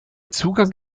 zugang